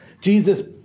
Jesus